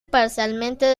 parcialmente